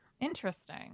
Interesting